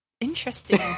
interesting